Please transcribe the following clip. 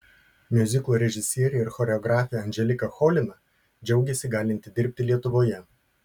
miuziklo režisierė ir choreografė anželika cholina džiaugėsi galinti dirbti lietuvoje